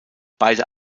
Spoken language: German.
beide